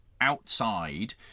outside